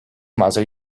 mother